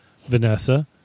Vanessa